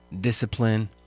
discipline